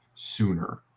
sooner